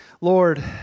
Lord